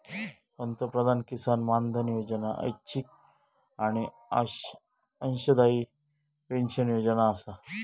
पंतप्रधान किसान मानधन योजना ऐच्छिक आणि अंशदायी पेन्शन योजना आसा